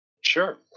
Sure